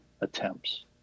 attempts